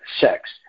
sex